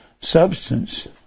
substance